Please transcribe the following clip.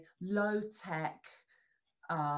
low-tech